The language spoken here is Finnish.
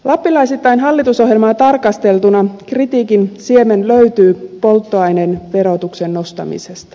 lappilaisittain hallitusohjelmaa tarkasteltuna kritiikin siemen löytyy polttoaineen verotuksen nostamisesta